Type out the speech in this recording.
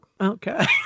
Okay